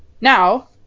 Now